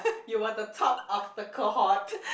you were the top of the cohort